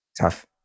tough